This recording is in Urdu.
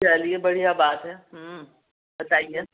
چلئے بڑھیا بات ہے بتائیے